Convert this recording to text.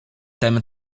tem